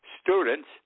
students